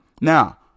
Now